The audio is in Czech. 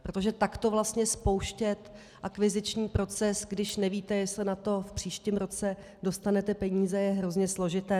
Protože takto vlastně spouštět akviziční proces, když nevíte, jestli na to v příštím roce dostanete peníze, je hrozně složité.